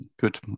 good